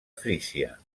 frísia